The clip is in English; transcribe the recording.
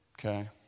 okay